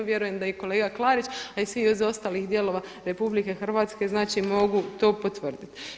Vjerujem da i kolega Klarić, a i svi iz ostalih dijelova RH znači mogu to potvrditi.